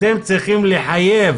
אתם צריכים לחייב